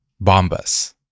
Bombas